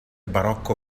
barocco